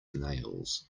nails